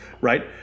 right